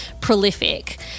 prolific